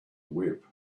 whip